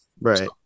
Right